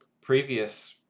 previous